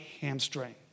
hamstring